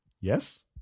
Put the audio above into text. Yes